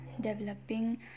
developing